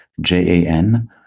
J-A-N